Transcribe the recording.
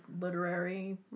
literary